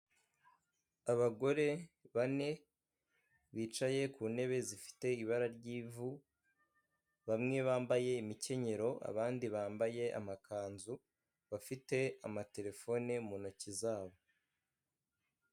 Abagore bane bicaye ku ntebe zifite ibara ry'ivu bamwe bambaye imikenyero abandi bambaye amakanzu, bafite amaterefone mu ntoki zabo.